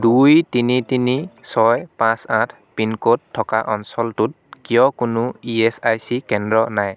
দুই তিনি তিনি ছয় পাঁচ আঠ পিন ক'ড থকা অঞ্চলটোত কিয় কোনো ই এচ আই চি কেন্দ্র নাই